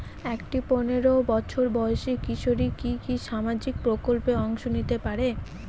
একটি পোনেরো বছর বয়সি কিশোরী কি কি সামাজিক প্রকল্পে অংশ নিতে পারে?